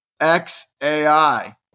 XAI